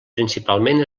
principalment